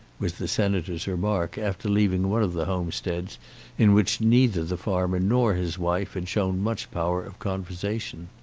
was the senator's remark after leaving one of the homesteads in which neither the farmer nor his wife had shown much power of conversation.